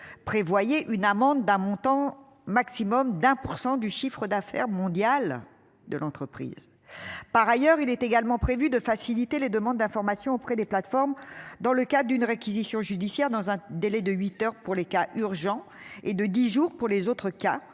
prévoyez une amende d'un montant maximum d'un pour 100 du chiffre d'affaires mondial de l'entreprise. Par ailleurs, il est également prévu de faciliter les demandes d'information auprès des plateformes dans le cas d'une réquisition judiciaire dans un délai de 8h pour les cas urgents et de 10 jours pour les autres cas